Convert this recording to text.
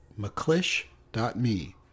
mcclish.me